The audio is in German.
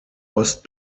ost